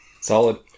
solid